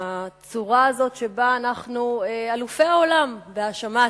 הצורה הזאת שבה אנחנו אלופי העולם בהאשמה עצמית,